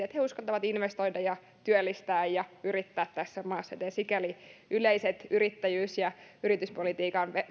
että he uskaltavat investoida ja työllistää ja yrittää tässä maassa joten sikäli yleiset yrittäjyys ja yrityspolitiikan